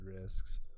risks